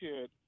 kid